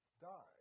died